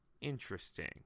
interesting